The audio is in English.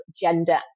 gender